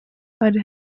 bari